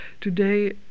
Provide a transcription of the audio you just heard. Today